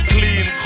Clean